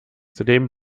zudem